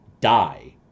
die